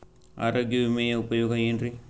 ಆರೋಗ್ಯ ವಿಮೆಯ ಉಪಯೋಗ ಏನ್ರೀ?